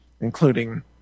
including